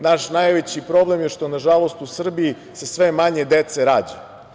Naš najveći problem je što nažalost u Srbiji se sve manje deca rađa.